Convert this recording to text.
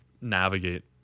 Navigate